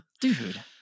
Dude